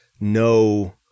no